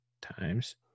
times